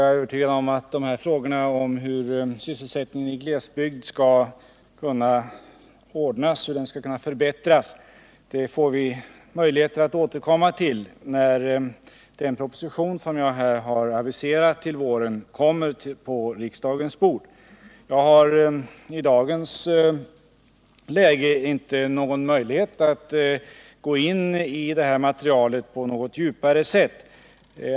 Vi kommer att få återkomma till frågorna om hur sysselsättningsmöjligheter i glesbygd skall kunna skapas och förbättras när den proposition som jag aviserat till våren kommer på riksdagens bord. Jag har i dagens läge inte någon möjlighet att gå in i detta material på något djupare sätt.